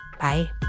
Bye